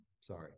sorry